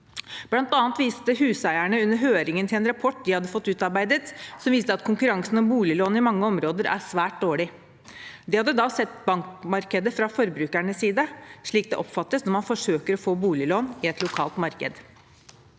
Blant annet viste Huseierne under høringen til en rapport de hadde fått utarbeidet, som viste at konkurransen om boliglån i mange områder er svært dårlig. De hadde da sett bankmarkedet fra forbrukernes side, slik det oppfattes når man forsøker å få boliglån i et lokalt marked.